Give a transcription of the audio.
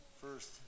first